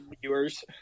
viewers